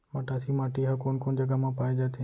मटासी माटी हा कोन कोन जगह मा पाये जाथे?